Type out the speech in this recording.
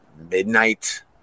midnight